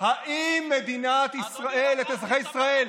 האם מדינת ישראל, אזרחי ישראל,